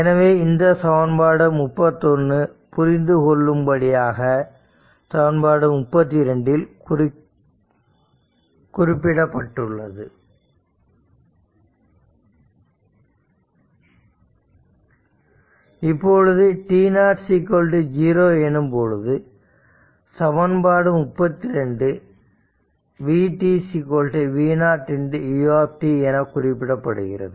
எனவே இந்த சமன்பாடு 31 புரிந்து கொள்ளும்படியாக சமன்பாடு 32 இல் குறிப்பிடப்பட்டுள்ளது இப்பொழுது t0 0 எனும் பொழுது சமன்பாடு 32 vt v0 u என குறிப்பிடப்படுகிறது